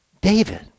David